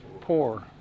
poor